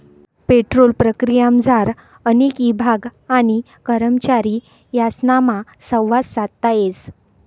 petrol प्रक्रियामझार अनेक ईभाग आणि करमचारी यासनामा संवाद साधता येस